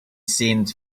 sends